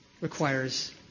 requires